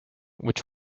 which